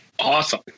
Awesome